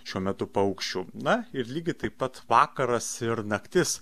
šiuo metu paukščių na ir lygiai taip pat vakaras ir naktis